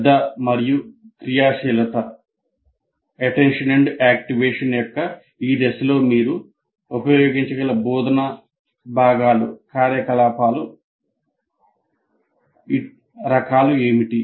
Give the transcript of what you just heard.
శ్రద్ధ మరియు క్రియాశీలత రకాలు ఏమిటి